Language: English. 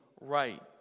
right